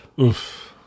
Oof